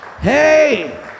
Hey